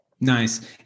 Nice